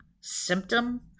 symptom